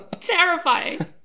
Terrifying